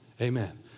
Amen